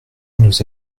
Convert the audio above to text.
nous